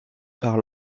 par